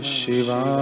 Shiva